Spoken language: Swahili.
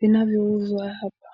vinavyo uzwa hapa.